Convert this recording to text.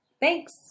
Thanks